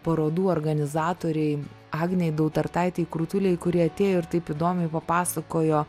parodų organizatorei agnei dautartaitei krutulei kuri atėjo ir taip įdomiai papasakojo